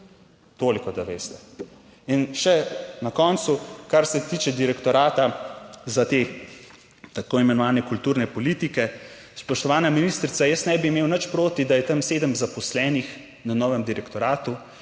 toliko da veste. In še na koncu, kar se tiče direktorata za te tako imenovane kulturne politike. Spoštovana ministrica, jaz ne bi imel nič proti, da je tam sedem zaposlenih na novem direktoratu,